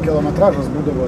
kilometražas būdavo